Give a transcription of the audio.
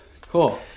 Cool